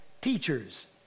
teachers